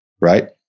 right